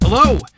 Hello